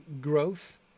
growth